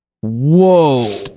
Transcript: whoa